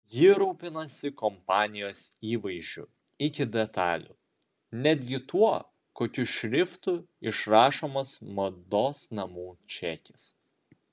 ji rūpinasi kompanijos įvaizdžiu iki detalių netgi tuo kokiu šriftu išrašomas mados namų čekis